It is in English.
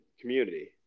community